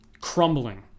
crumbling